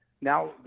now